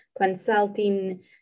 consulting